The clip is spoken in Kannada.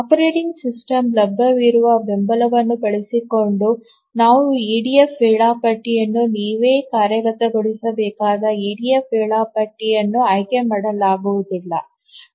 ಆಪರೇಟಿಂಗ್ ಸಿಸ್ಟಮ್ ಲಭ್ಯವಿರುವ ಬೆಂಬಲವನ್ನು ಬಳಸಿಕೊಂಡು ನಾವು ಇಡಿಎಫ್ ವೇಳಾಪಟ್ಟಿಯನ್ನು ನೀವೇ ಕಾರ್ಯಗತಗೊಳಿಸಬೇಕಾದರೆ ಇಡಿಎಫ್ ವೇಳಾಪಟ್ಟಿಯನ್ನು ಆಯ್ಕೆ ಮಾಡಲಾಗುವುದಿಲ್ಲ